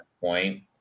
point